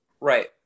Right